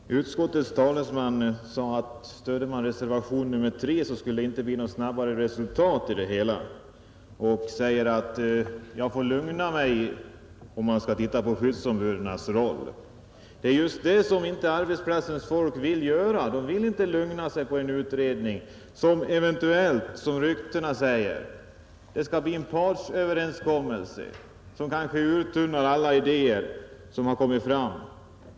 Herr talman! Utskottets talesman sade att om man stödde reservationen 3 skulle det inte bli något snabbare resultat, och han sade att jag får lugna mig i fråga om skyddsombudens roll. Det är just det som inte arbetsplatsernas folk vill göra — de vill inte lugna sig med en utredning när det eventuellt skall bli en partsöverenskommelse som kanske uttunnar alla idéer som har kommit fram.